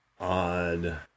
odd